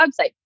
website